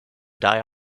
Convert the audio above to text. die